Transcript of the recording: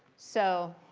so,